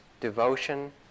devotion